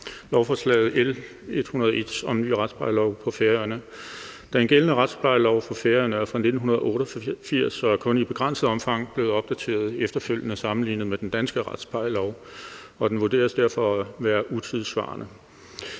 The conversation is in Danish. lovforslaget L 101 om en ny retsplejelov på Færøerne. Den gældende retsplejelov for Færøerne er fra 1988 og er kun i begrænset omfang blevet opdateret efterfølgende sammenlignet med den danske retsplejelov, og den vurderes derfor at være utidssvarende.